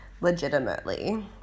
legitimately